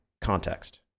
context